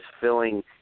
filling